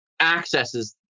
accesses